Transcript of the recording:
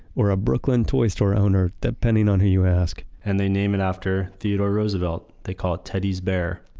or a brooklyn toy store owner, depending on who you ask and they name it after theodore roosevelt. they call it teddy's bear.